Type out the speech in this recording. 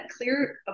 clear